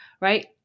right